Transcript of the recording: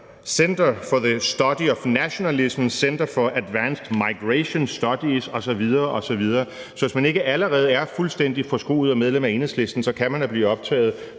Centre for the Study of Nationalism, et Centre for Advanced Migration Studies osv. osv. Så hvis man ikke allerede er fuldstændig forskruet og medlem af Enhedslisten, så kan man da blive optaget